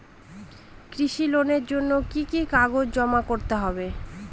কৃষি লোনের জন্য কি কি কাগজ জমা করতে হবে?